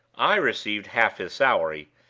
i received half his salary,